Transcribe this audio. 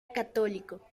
católico